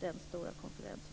den stora konferensen i Stockholm.